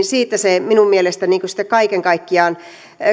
siitä se minun mielestäni kaiken kaikkiaan